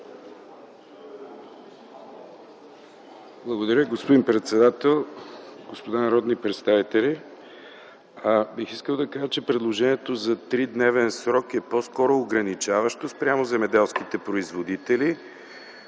Благодаря, господин председател. Господа народни представители, бих искал да кажа, че предложението за 3-дневен срок е по-скоро ограничаващо спрямо земеделските производители,